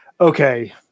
okay